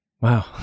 Wow